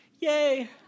Yay